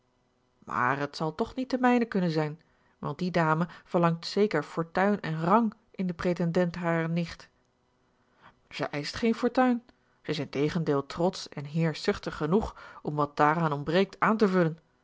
maar het zal toch de mijne niet kunnen zijn want die dame verlangt zeker fortuin en rang in den pretendent harer nicht zij eischt geene fortuin zij is integendeel trotsch en heerschzuchtig genoeg om wat daaraan ontbreekt aan te vullen